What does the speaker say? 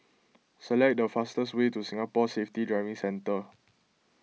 select the fastest way to Singapore Safety Driving Centre